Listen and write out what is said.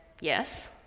yes